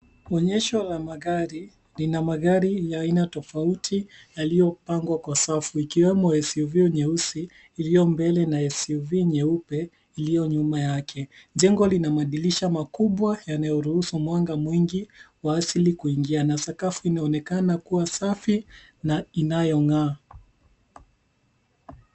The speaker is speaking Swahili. Onyesho la magari. Lina magari ya aina tofauti yaliyopangwa kwa safu ikiwemo SUV nyeusi iliyo mbele na SUV nyeupe iliyo nyuma yake. Jengo lina madirisha makubwa yanayoruhusu mwanga mwingi wa asili kuingia na sakafu inaonekana kuwa safi na inayong'aa.